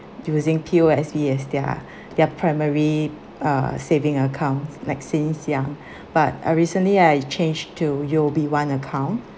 using P_O_S_B as their their primary uh saving accounts like since young but uh recently I change to U_O_B one account